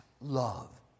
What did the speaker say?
love